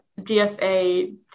GSA